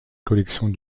collection